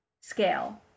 scale